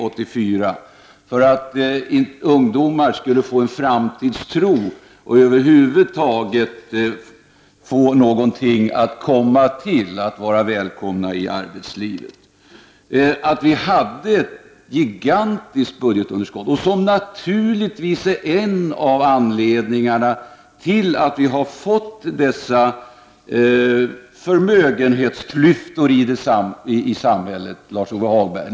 Det var för att ungdomar skulle få en framtidstro och över huvud taget få ett arbete att gå till och vara välkomna i arbetslivet. Vi hade då ett gigantiskt budgetunderskott, vilket naturligtvis är en av anledningarna till att vi har fått dessa förmögenhetsklyftor i samhället, Lars-Ove Hagberg.